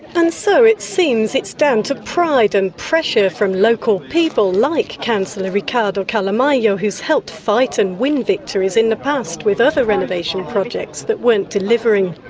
and so it seems it's down to pride and pressure from local people like councillor riccardo calamaio who's helped fight and win victories in the past with other renovation projects that weren't delivering.